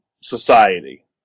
society